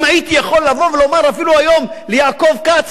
אם הייתי יכול לבוא ולומר אפילו היום ליעקב כץ,